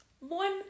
One